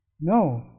No